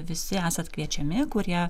visi esat kviečiami kurie